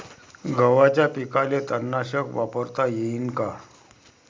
गव्हाच्या पिकाले तननाशक वापरता येईन का?